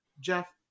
Jeff